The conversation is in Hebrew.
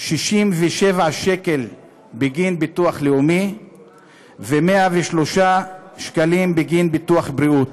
67 שקלים בגין ביטוח לאומי ו-103 שקלים בגין ביטוח בריאות.